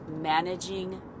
managing